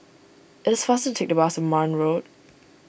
it is faster to take the bus Marne Road